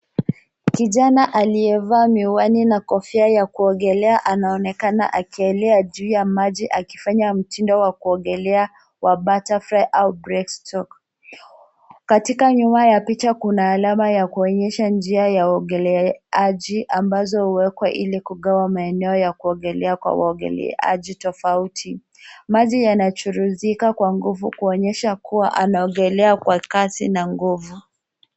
Kijana aliyevaa miwani na koti la kuogelea anaonekana akiwa peke yake juu ya maji, akifanya mtindo wa kuogelea wa Butterfly Outbreak Talk. Katika picha, kuna alama zinazonyesha njia za kuogelea zilizowekwa ili kuelekeza uelezaji wa mtindo huo kwa sehemu tofauti za maji. Maji yanadorora kwa nguvu, yakionyesha kuwa anaogelea kwa kasi na nguvu katikati ya bwawa